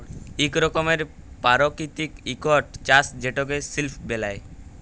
ইক রকমের পারকিতিক ইকট চাষ যেটতে সিলক বেলায়